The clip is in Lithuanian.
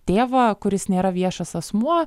tėvą kuris nėra viešas asmuo